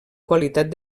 qualitat